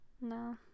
No